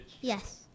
Yes